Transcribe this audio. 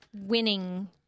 winning